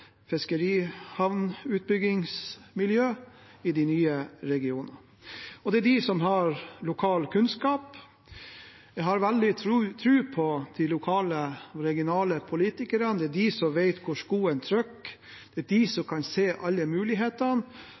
et fiskerihavnutbyggingsmiljø i de nye regionene. Det er de som har lokal kunnskap. Jeg har veldig tro på de regionale og lokale politikerne. Det er de som vet hvor skoen trykker, det er de som kan se alle mulighetene,